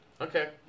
Okay